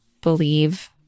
believe